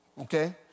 Okay